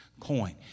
coin